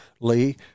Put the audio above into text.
Lee